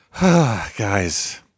Guys